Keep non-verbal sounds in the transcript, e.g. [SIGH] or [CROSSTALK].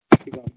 [UNINTELLIGIBLE]